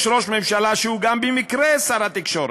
יש ראש ממשלה שהוא גם במקרה שר התקשורת,